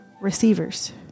receivers